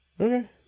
Okay